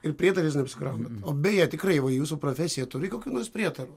ir prietarais neapsikraunat o beje tikrai va jūsų profesija turi kokių nors prietarų